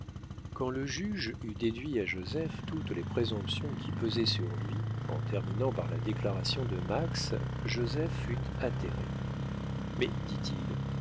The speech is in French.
quand le juge eut déduit à joseph toutes les présomptions qui pesaient sur lui en terminant par la déclaration de max joseph fut atterré mais dit-il